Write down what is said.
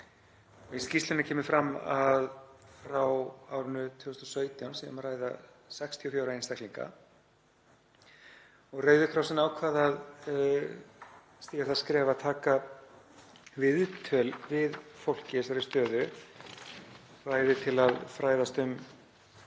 Í skýrslunni kemur fram að frá árinu 2017 sé um að ræða 64 einstaklinga. Rauði krossinn ákvað að stíga það skref að taka viðtöl við fólk í þessari stöðu, bæði til að fræðast um